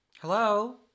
hello